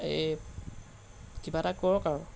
এই কিবা এটা কৰক আৰু